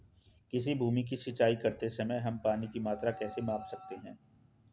किसी भूमि की सिंचाई करते समय हम पानी की मात्रा कैसे माप सकते हैं?